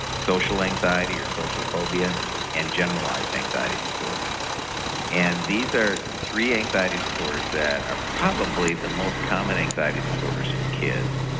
social anxiety or social phobia and generalised anxiety disorder and these are three anxiety disorders that are probably the most common anxiety disorders in kids.